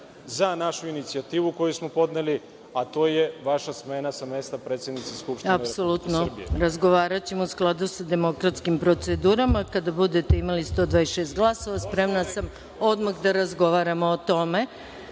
za našu inicijativu koju smo podneli, a to je vaša smena sa mesta predsednice Skupštine Republike Srbije.